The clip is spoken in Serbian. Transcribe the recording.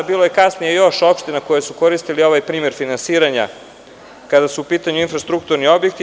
Kasnije je bilo još opština koje su koristile ovaj primer finansiranja, kada su u pitanju infrastrukturni objekti.